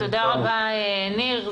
תודה רבה ניר.